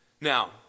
Now